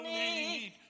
need